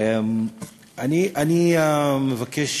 אני מבקש